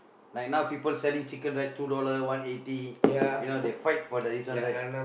like now people selling chicken rice two dollars one eighty you know they fight for the this one right